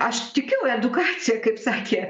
aš tikiu edukacija kaip sakė